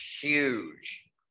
huge